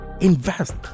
invest